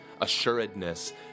assuredness